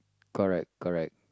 correct correct